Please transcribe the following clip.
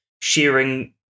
sharing